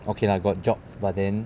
okay lah got job but then